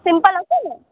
simple હશે ને